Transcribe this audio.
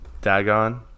Dagon